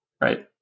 right